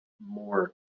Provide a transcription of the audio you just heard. more